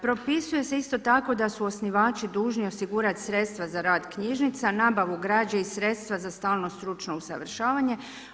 Propisuje se isto tako da su osnivači dužni osigurati sredstva za rad knjižnica, nabavu građe i sredstva za stalno stručno usavršavanje.